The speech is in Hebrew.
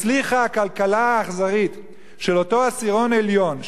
הצליחה הכלכלה האכזרית של אותו עשירון עליון,